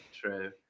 true